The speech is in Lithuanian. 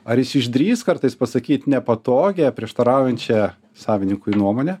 ar jis išdrįs kartais pasakyt nepatogią prieštaraujančią savininkui nuomonę